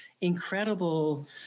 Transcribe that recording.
incredible